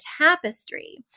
tapestry